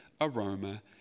aroma